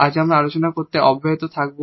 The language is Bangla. আমরা আমাদের আলোচনা অব্যাহত রাখব